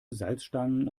salzstangen